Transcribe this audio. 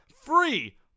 free